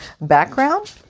background